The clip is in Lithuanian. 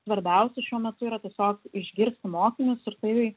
svarbiausia šiuo metu yra tiesiog išgirsti mokinius ir tai